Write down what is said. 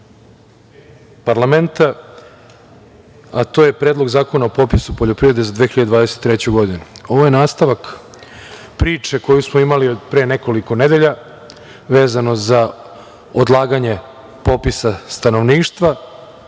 parlamenta, a to je Predlog zakona o popisu poljoprivrede za 2023. godinu. Ovo je nastavak priče koju smo imali od pre nekoliko nedelja vezano za odlaganje popisa stanovništva,